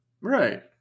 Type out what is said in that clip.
Right